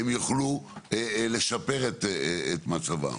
הם יוכלו לשפר את מצבם.